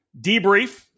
debrief